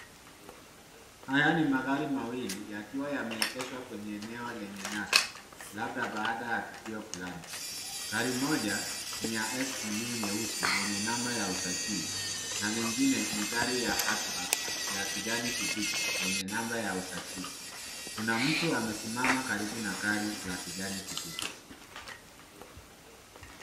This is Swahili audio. Haya ni magari mawili yakiwa yameegeshwa kwenye eneo lenye nyasi labda baada ya tukio fulani. Gari moja ni ya SUV nyeusi enye namba ya usajili na lingine ni gari ya Outback ya kijani kibichi lenye namba ya usajili. Kuna mtu amesimama karibu na gari la kijani kibichi.